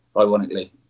ironically